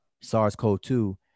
SARS-CoV-2